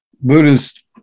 Buddhist